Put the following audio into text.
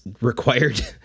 required